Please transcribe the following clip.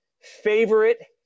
favorite